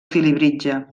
felibritge